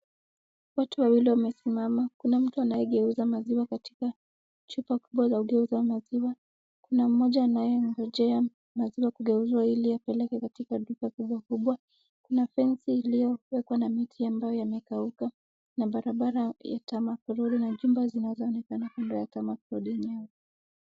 Watu wawili wamesimama kuna, mtu anayegeuza maziwa katika chupa kubwa za kugeuza maziwa, kuna mmoja anayengojea maziwa kugeuzwa ili apeleke katika duka kubwakubwa. Kuna fensi iliyowekwa na miti ambayo imekauka na barabara ya "tarmac road" na chumba zinazoonekana kando ya "tarmac road" yenyewe.